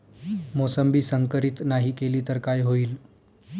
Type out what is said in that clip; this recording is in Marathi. मोसंबी संकरित नाही केली तर काय होईल?